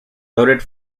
noted